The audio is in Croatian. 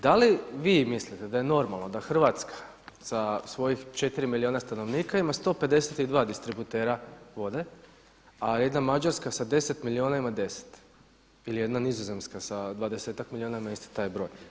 Da li vi mislite da je normalno da Hrvatska sa svojih 4 milijuna stanovnika ima 152 distributera vode, a jedna Mađarska sa 10 milijuna ima 10 ili jedna Nizozemska sa 20-ak milijuna na isti taj broj?